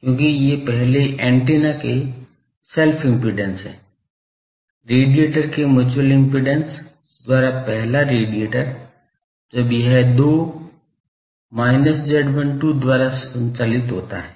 क्योंकि ये पहले एंटीना के सेल्फ इम्पीडेन्स हैं रेडिएटर के मुच्यूअल एम्पीडेन्स द्वारा पहला रेडिएटर जब यह 2 minus Z12 द्वारा संचालित होता है